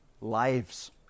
lives